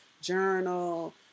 Journal